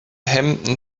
hemden